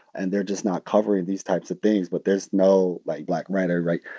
and they're just not covering these types of things. but there's no, like, black writer right?